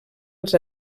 als